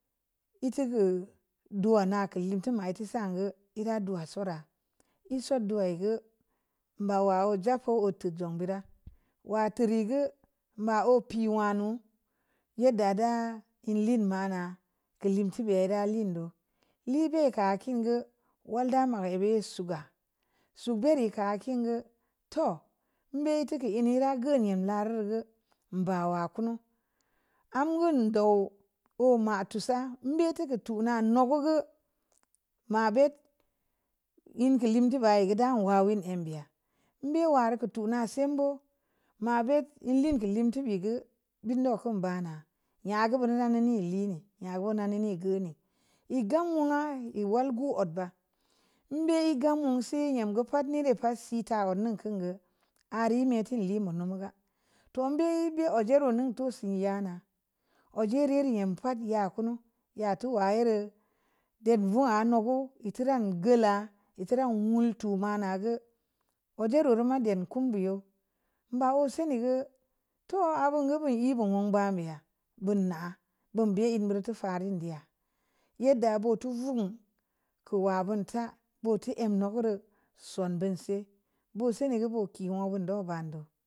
Ittu gə do'o’ na kai tuma tə san gə e’ dar dua sora e’ sok du wai gə ba wa o’ jek ko o'to’ jung bira'a wa’ tiri gə ma o’ pii wa nu ye'ddə da ən lin mana gə le'm te bira hindo le’ be’ ka kin gə wa dal ma bireu so ga su bare’ ka kin gə to'o’ mbe’ tuku ne’ ra gam ye la reu mba wa kunu am go'o'n o'o oma tusa mbe tukun na na ga gə ma be't enn lemti bi gida gwa gwen ən bi'a mbe’ war ka'o’ tuna sembo ma be't le'm ka’ lim tube’ gə dan loo kun ba na nya gə bureu na ne’ line’ ya wu'un nane’ gə ni e’ go'o'n wun wa e’ wal gu ogba e’ be'e gam mu si nyem gə pa'al ne’ pa si ta’ wuni kun gə ari me’ teli moo nubugə to'o mbe’ bi ojoro nun too’ si yana ojere’ rɛ nyem pa'at ya kunu ya towa ye'reu dob vuwa nugə itti ra ngə la itte ra mutuma na gə o'jo ro rima don kun biyo mba wor sini gə too’ abun ga bun ee’ bunu ba me’ ya bun na'a bun be’ burtu farin bi'a ye'ddə butu voo'n kowa van ta batu əm no gureu su'n bu'n se’ bu se’ ni gə bu kowa kii ko’ go'o'n go’ bun gan do.